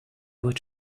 what